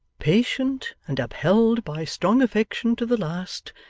patient, and upheld by strong affection to the last,